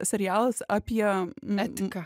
serialas apie etiką